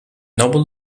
nobel